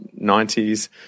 90s